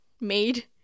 made